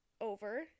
over